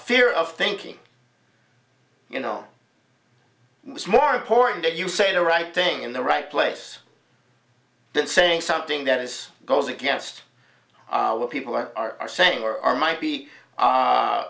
fear of thinking you know it's more important that you say the right thing in the right place than saying something that is goes against what people are saying or might be